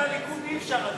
את אלה מהליכוד אי-אפשר.